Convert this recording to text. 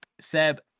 Seb